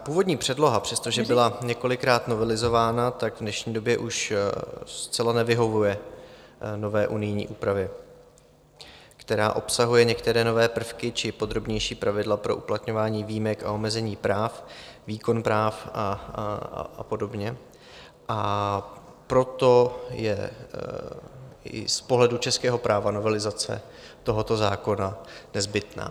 Původní předloha, přestože byla několikrát novelizována, v dnešní době už zcela nevyhovuje nové unijní úpravě, která obsahuje některé nové prvky či podrobnější pravidla pro uplatňování výjimek a omezení práv, výkon práv a podobně, a proto je z pohledu českého práva novelizace tohoto zákona nezbytná.